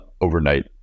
overnight